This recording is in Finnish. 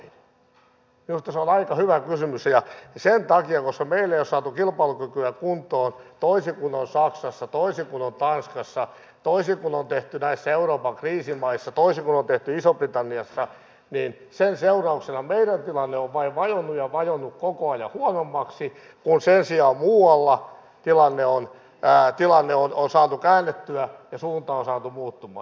minusta se on aika hyvä kysymys ja koska meillä ei ole saatu kilpailukykyä kuntoon toisin kuin on saksassa toisin kuin on tanskassa toisin kuin on tehty näissä euroopan kriisimaissa toisin kuin on tehty isossa britanniassa sen seurauksena meidän tilanteemme on vain vajonnut ja vajonnut koko ajan huonommaksi kun sen sijaan muualla tilanne on saatu käännettyä ja suunta on saatu muuttumaan